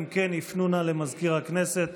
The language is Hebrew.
אם כן, יפנו נא למזכיר הכנסת.